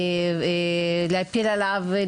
להפיל עליו,